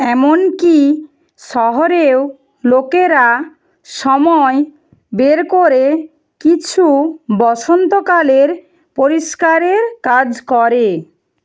এমনকি শহরেও লোকেরা সময় বের করে কিছু বসন্তকালের পরিষ্কারের কাজ করে